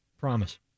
promise